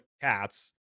cats